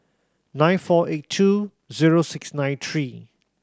nine four eight two zero six nine three